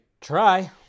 try